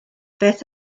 beth